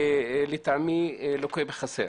לטעמי לוקה בחסר